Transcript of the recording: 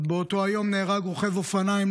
עוד באותו היום נהרג רוכב אופניים,